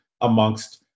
amongst